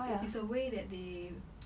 it's a way that they